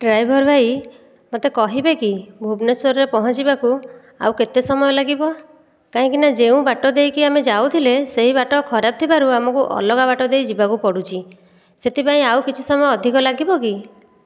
driver ଭାଇ ମୋତେ କହିବେ କି ଭୁବନେଶ୍ଵରରେ ପହଞ୍ଚିବାକୁ ଆଉ କେତେ ସମୟ ଲାଗିବ କାହିଁକି ନାଁ ଯେଉଁ ବାଟ ଦେଇକି ଆମେ ଯାଉଥିଲେ ସେହି ବାଟ ଖରାପ ଥିବାରୁ ଆମକୁ ଅଲଗା ବାଟ ଦେଇ ଯିବାକୁ ପଡ଼ୁଛି ସେଥିପାଇଁ ଆଉ କିଛି ସମୟ ଅଧିକ ଲାଗିବ କି